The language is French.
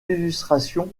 illustrations